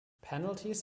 penalties